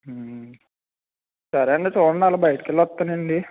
సరే అండి చూడండి అలా బయటికి వెళ్ళి వస్తానండి